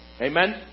Amen